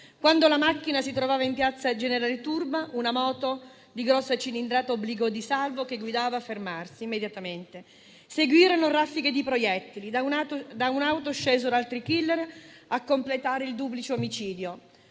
Quando la macchina si trovava in Piazza Generale Turba, una moto di grossa cilindrata obbligò Di Salvo che guidava a fermarsi immediatamente. Seguirono raffiche di proiettili. Da un'auto scesero altri killer a completare il duplice omicidio.